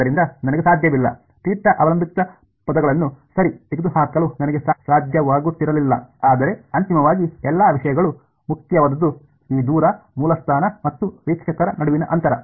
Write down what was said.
ಆದ್ದರಿಂದ ನನಗೆ ಸಾಧ್ಯವಿಲ್ಲ θ ಅವಲಂಬಿತ ಪದಗಳನ್ನು ಸರಿ ತೆಗೆದುಹಾಕಲು ನನಗೆ ಸಾಧ್ಯವಾಗುತ್ತಿರಲಿಲ್ಲ ಆದರೆ ಅಂತಿಮವಾಗಿ ಎಲ್ಲ ವಿಷಯಗಳು ಮುಖ್ಯವಾದುದು ಈ ದೂರ ಮೂಲಸ್ಥಾನ ಮತ್ತು ವೀಕ್ಷಕರ ನಡುವಿನ ಅಂತರ